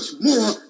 more